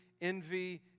envy